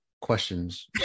questions